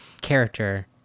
character